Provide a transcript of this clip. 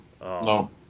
no